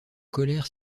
colère